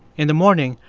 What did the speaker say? in the morning,